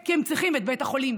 כי הם צריכים את בית החולים,